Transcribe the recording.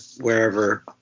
wherever